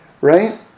right